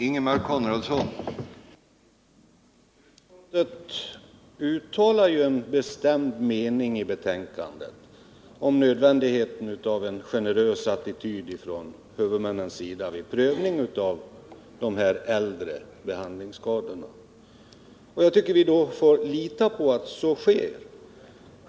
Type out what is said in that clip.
Herr talman! I sitt betänkande uttalar ju utskottet en bestämd mening om nödvändigheten av en generös attityd från huvudmännens sida vid prövning av de äldre behandlingsskadorna. Jag tycker att vi då får lita på att så sker.